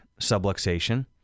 subluxation